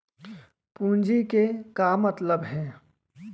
पूंजी के का मतलब हे?